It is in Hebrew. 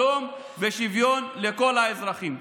שלום ושוויון לכל האזרחים.